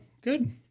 good